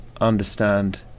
understand